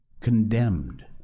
Condemned